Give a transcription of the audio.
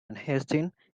unhasting